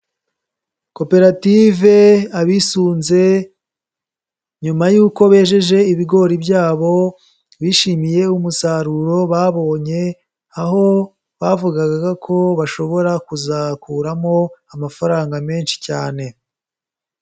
Koperative Abisunze, nyuma yuko bejeje ibigori byabo, bishimiye umusaruro babonye, aho bavugagaga ko bashobora kuzakuramo amafaranga menshi cyane.